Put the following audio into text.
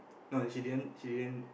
no she didn't she didn't